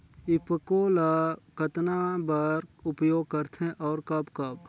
ईफको ल कतना बर उपयोग करथे और कब कब?